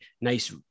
nice